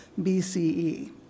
BCE